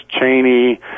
Cheney